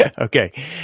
okay